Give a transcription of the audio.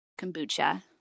kombucha